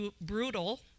brutal